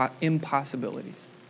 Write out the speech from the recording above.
impossibilities